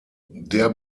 der